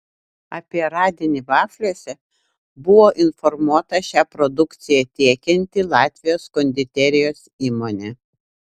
apie radinį vafliuose buvo informuota šią produkciją tiekianti latvijos konditerijos įmonė